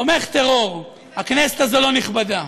תומך טרור, הכנסת הזאת לא נכבדה.